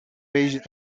beige